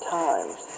times